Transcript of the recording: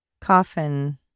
Coffin